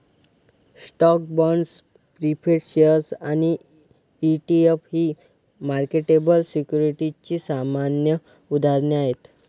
stocks, bonds, preferred shares आणि ETF ही marketable सिक्युरिटीजची सामान्य उदाहरणे आहेत